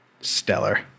stellar